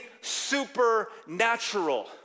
supernatural